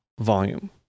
volume